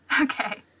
okay